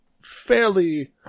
fairly